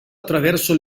attraverso